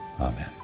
Amen